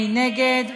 מי נגד?